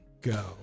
Go